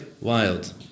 Wild